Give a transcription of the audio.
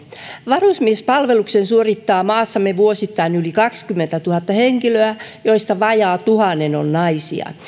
varusmiespalveluksen suorittaa maassamme vuosittain yli kaksikymmentätuhatta henkilöä joista vajaa tuhat on naisia